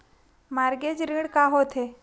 Mortgage ऋण का होथे?